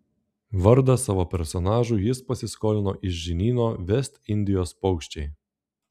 vardą savo personažui jis pasiskolino iš žinyno vest indijos paukščiai